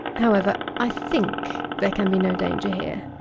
however, i think, there can be no danger here.